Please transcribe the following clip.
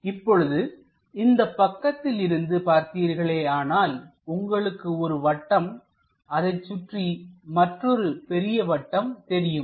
இப்பொழுது இந்தப் பக்கத்திலிருந்து பார்த்தீர்களேயானால்உங்களுக்கு ஒரு வட்டம் அதைச்சுற்றி மற்றொரு பெரிய வட்டம் தெரியும்